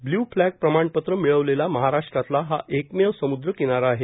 Blue Flag प्रमाणपत्र मिळवलेला महाराष्ट्रातला हा एकमेव समुद्र किनारा आहे